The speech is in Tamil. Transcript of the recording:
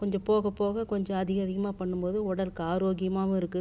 கொஞ்சம் போகப் போக கொஞ்சம் அதிக அதிகமாக பண்ணும் போது உடலுக்கு ஆரோக்கியமாவும் இருக்குது